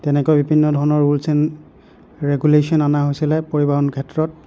তেনেকৈ বিভিন্ন ধৰণৰ ৰোলচ্ এণ ৰেগুলেশ্যন অনা হৈছিলে পৰিবহণ ক্ষেত্ৰত